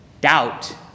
Doubt